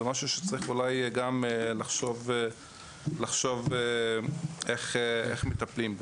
זה משהו שצריך אולי גם לחשוב איך מטפלים בו.